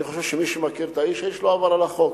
אני חושב שמי שמכיר את האיש, האיש לא עבר על החוק.